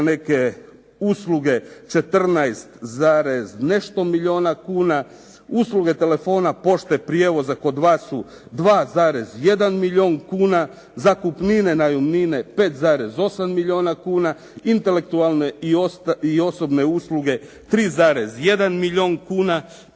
neke usluge 14, nešto milijuna kuna, usluge telefona pošte prijevoza kod vas su 2,1 milijuna kuna, zakupnine, najamnine 5,8 milijuna kuna, intelektualne i osobne usluge 3,1 milijun kuna